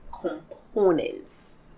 components